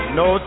no